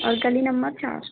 और गली नंबर चार